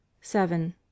seven